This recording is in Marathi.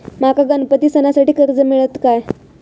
माका गणपती सणासाठी कर्ज मिळत काय?